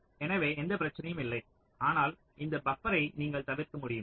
எனவே எந்த பிரச்சனையும் இல்லை ஆனால் இந்த பப்பரை நீங்கள் தவிர்க்க முடியுமா